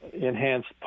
enhanced